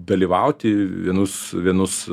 dalyvauti vienus vienus